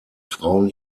frauen